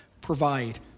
provide